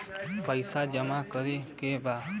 पैसा जमा करे के बा?